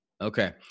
Okay